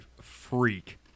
freak